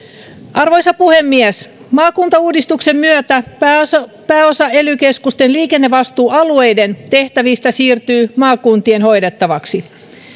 arvoisa puhemies maakuntauudistuksen myötä pääosa pääosa ely keskusten liikennevastuualueiden tehtävistä siirtyy maakuntien hoidettavaksi